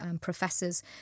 professors